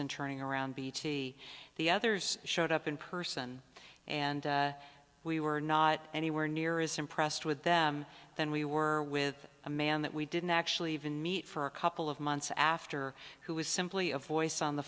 in turning around bt the others showed up in person and we were not anywhere near is impressed with them then we were with a man that we didn't actually even meet for a couple of months after who was simply a voice on the